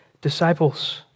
disciples